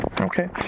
Okay